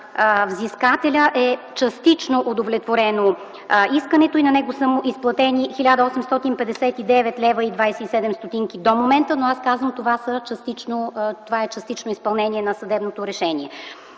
взискателя е частично удовлетворено и на него са му изплатени 1859,27 лв. до момента. Но аз казвам, това е частично изпълнение на съдебното решение.